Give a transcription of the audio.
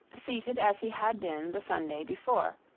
seated as he had been the sunday before,